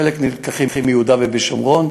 חלק נלקחים מיהודה ושומרון.